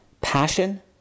passion